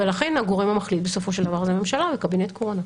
ולכן הגורם המחליט בסופו של דבר הוא הממשלה וקבינט קורונה.